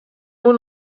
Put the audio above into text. nur